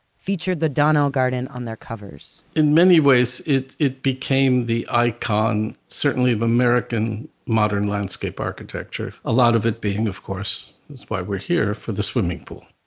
featured the donnell garden on their covers. in many ways, it it became the icon, certainly of american modern landscape architecture. a lot of it being, of course, is why we're here, for the swimming pool.